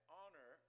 honor